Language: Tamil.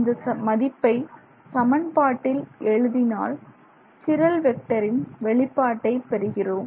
இந்த மதிப்பை சமன்பாட்டில் எழுதினால் சிரல் வெக்டரின் வெளிப்பாட்டை பெறுகிறோம்